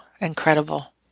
Incredible